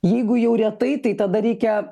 jeigu jau retai tai tada reikia